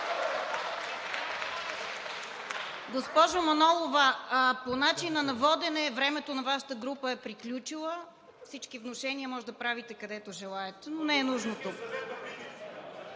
Госпожо Манолова, по начина на водене времето на Вашата група е приключило. Всички внушения можете да правите където желаете, но не е нужно тук.